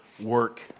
work